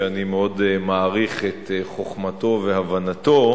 שאני מאוד מעריך את חוכמתו והבנתו,